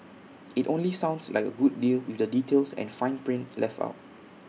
IT only sounds like A good deal with the details and fine print left out